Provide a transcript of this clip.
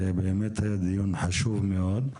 זה באמת היה דיון חשוב ומשכיל מאוד.